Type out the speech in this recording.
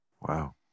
Wow